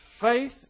Faith